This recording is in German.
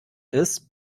ist